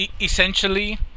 essentially